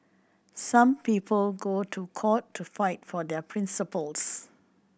some people go to court to fight for their principles